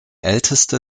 älteste